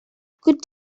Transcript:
good